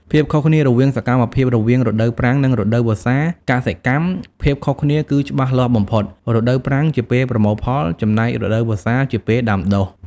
ភាពខុសគ្នារវាងសកម្មភាពរវាងរដូវប្រាំង និងរដូវវស្សាកសិកម្ម ភាពខុសគ្នាគឺច្បាស់លាស់បំផុត។ រដូវប្រាំងជាពេល ប្រមូលផល ចំណែករដូវវស្សាជាពេល ដាំដុះ។